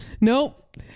Nope